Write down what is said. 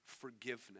forgiveness